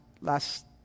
last